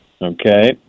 Okay